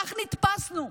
כך נתפסנו,